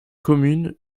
communes